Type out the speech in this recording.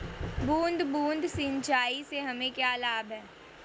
बूंद बूंद सिंचाई से हमें क्या लाभ है?